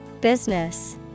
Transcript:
Business